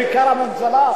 בעיקר הממשלה,